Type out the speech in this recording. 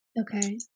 Okay